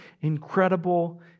incredible